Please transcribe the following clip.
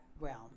realm